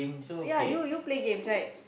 ya you you play games right